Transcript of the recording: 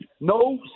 no